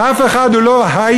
אף אחד הוא לא "הישראלי".